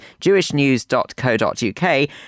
jewishnews.co.uk